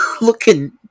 looking